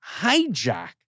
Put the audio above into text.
hijack